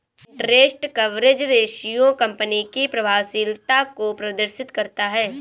interest coverage ratio company की प्रभावशीलता को प्रदर्शित करता है